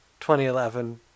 2011